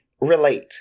relate